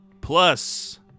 Plus